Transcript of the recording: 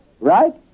right